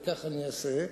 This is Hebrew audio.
וכך אני אעשה,